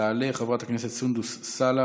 מס' 1687,